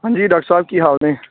ਹਾਂਜੀ ਡਾਕਟਰ ਸਾਹਿਬ ਕੀ ਹਾਲ ਨੇ